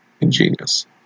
ingenious